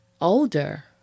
older